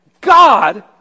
God